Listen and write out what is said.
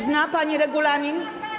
Zna pani regulamin?